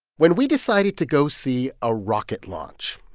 when we decided to go see a rocket launch,